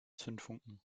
zündfunken